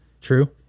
True